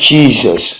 Jesus